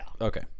okay